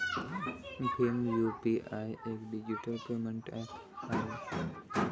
Bhim UPI एक digital payment app आहे